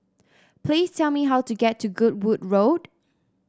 please tell me how to get to Goodwood Road